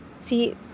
See